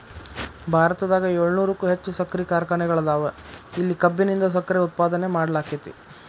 ಭಾರತದಾಗ ಏಳುನೂರಕ್ಕು ಹೆಚ್ಚ್ ಸಕ್ಕರಿ ಕಾರ್ಖಾನೆಗಳದಾವ, ಇಲ್ಲಿ ಕಬ್ಬಿನಿಂದ ಸಕ್ಕರೆ ಉತ್ಪಾದನೆ ಮಾಡ್ಲಾಕ್ಕೆತಿ